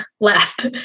left